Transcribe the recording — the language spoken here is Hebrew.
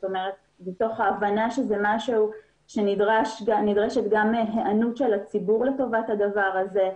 בתוך ההבנה שנדרשת גם היענות של הציבור לטובת הדבר הזה,